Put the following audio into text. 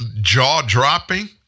jaw-dropping